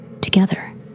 Together